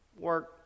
work